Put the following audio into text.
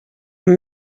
amb